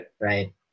Right